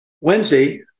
Wednesday